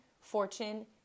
fortune